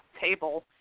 table